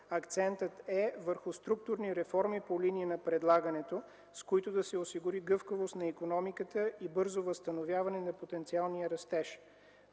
акцентът е върху структурни реформи по линия на предлагането, с които да се осигури гъвкавост на икономиката и бързо възстановяване на потенциалния растеж.